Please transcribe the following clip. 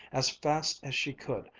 as fast as she could,